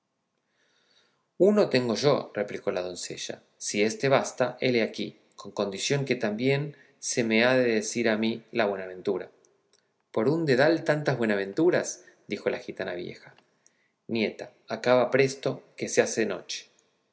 uno tengo yo replicó la doncella si éste basta hele aquí con condición que también se me ha de decir a mí la buenaventura por un dedal tantas buenasventuras dijo la gitana vieja nieta acaba presto que se hace noche